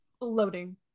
Loading